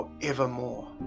forevermore